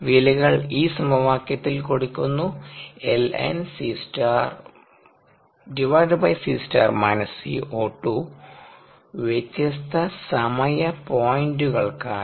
വിലകൾ ഈ സമവാക്യത്തിൽ കൊടുക്കുന്നു lnCC Co2 വ്യത്യസ്ത സമയ പോയിന്റുകൾക്കായി